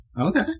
Okay